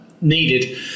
needed